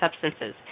substances